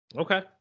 Okay